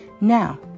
Now